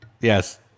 Yes